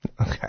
Okay